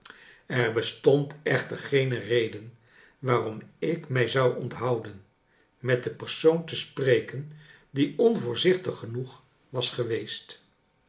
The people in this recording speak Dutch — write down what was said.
er bestond echter geene reden waarom ik mij zou onthouden om met den persoon te spreken die onvoorzichtig genoeg was geweest